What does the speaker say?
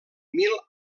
mil